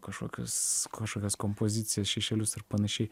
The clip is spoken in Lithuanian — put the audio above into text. kažkokius kažkokios kompozicijas šešėlius ir panašiai